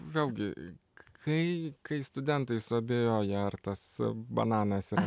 vėlgi kai kai studentai suabejoja ar tas bananas yra